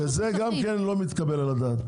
זה גם לא מתקבל על הדעת.